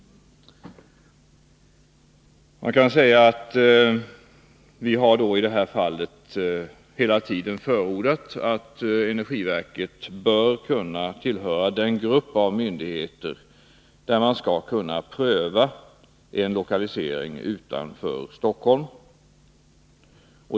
Vi har i detta fall hela tiden förordat att energiverket bör kunna tillhöra den grupp av myndigheter där man skall pröva en lokalisering utanför Stockholm.